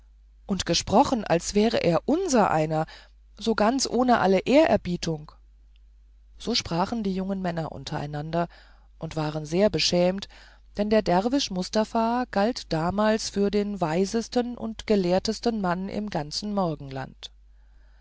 und gesprochen als wär er unsereiner so ganz ohne alle ehrerbietung so sprachen die jungen männer untereinander und waren sehr beschämt denn der derwisch mustafa galt damals für den weisesten und gelehrtesten mann im ganzen morgenland